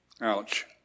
Ouch